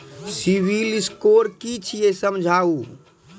Civil score कि छियै समझाऊ?